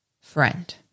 friend